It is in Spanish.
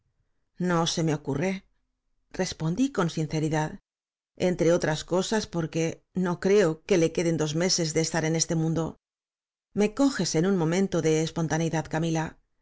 no se me ocurre respondí con sinceridad entre otras cosas porque no creo que la queden dos meses de estar en este mundo me coges en un momento de espontaneidad camila